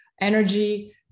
energy